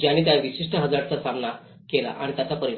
ज्याने त्या विशिष्ट हझार्डचा सामना केला आणि त्याचा परिणाम